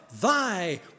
thy